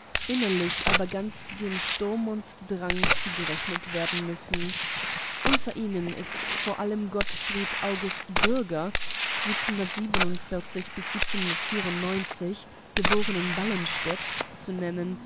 innerlich aber dem sturm und drang zugerechnet werden müssen unter ihnen ist vor allem gottfried august bürger geborenen ballen zu nennen